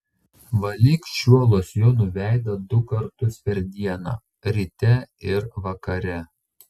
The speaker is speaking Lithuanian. valyk šiuo losjonu veidą du kartus per dieną ryte ir vakare